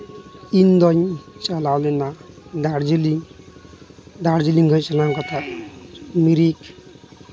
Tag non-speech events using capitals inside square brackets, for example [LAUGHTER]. ᱤᱧᱫᱩᱧ ᱪᱟᱞᱟᱣ ᱞᱮᱱᱟ ᱫᱟᱨᱡᱤᱞᱤᱝ ᱫᱟᱨᱡᱤᱞᱤᱝ [UNINTELLIGIBLE] ᱢᱤᱨᱤᱠ